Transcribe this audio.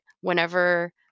whenever